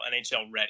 NHL-ready